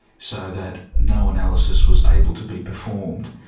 so that no analysis was able to be performed.